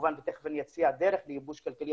ותיכף אני אציע דרך לייבוש כלכלי,